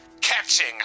catching